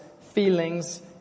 feelings